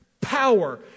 power